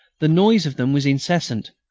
the noise of them was incessant,